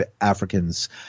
Africans